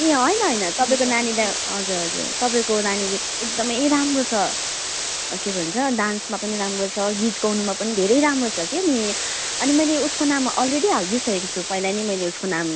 ए होइन होइन तपाईँको नानीलाई हजुर हजुर तपाईँको नानीले एकदमै राम्रो छ के भन्छ डान्समा पनि राम्रो छ गीत गाउनुमा पनि धेरै राम्रो छ के नि अनि मैले उसको नाम अलरेडी हालिदिइसकेको छु पहिला नि मैले उसको नाम